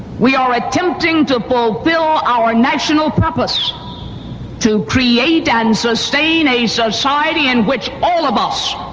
we are attempting to fulfil our national purpose to create and sustain a society in which all of us